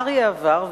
אריה עבר,